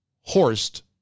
Horst